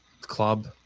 club